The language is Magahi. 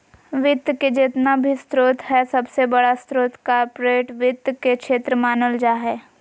वित्त के जेतना भी स्रोत हय सबसे बडा स्रोत कार्पोरेट वित्त के क्षेत्र मानल जा हय